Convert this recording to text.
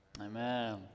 Amen